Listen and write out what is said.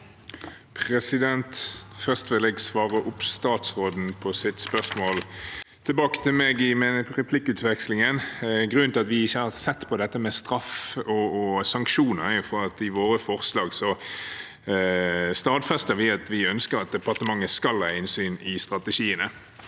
Først vil jeg svare statsråden på hans spørsmål til meg i replikkvekslingen. Grunnen til at vi ikke har sett på dette med straff og sanksjoner, er at i våre forslag stadfester vi at vi ønsker at departementet skal ha innsyn i strategiene.